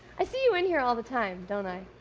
i see you in here all the time, don't i?